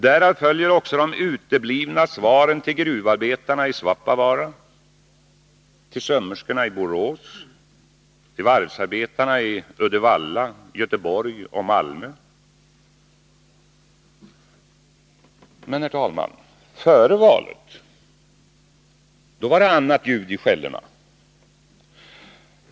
Därav följer också de uteblivna svaren till gruvarbetarna i Svappavaara, sömmerskorna i Borås och varvsarbetarna i Uddevalla, Göteborg och Malmö. Före valet var det annat ljud i skällorna.